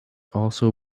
also